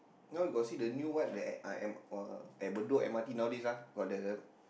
now you got see the new one that I am uh at Bedok M_R_T nowadays ah got the